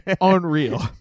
unreal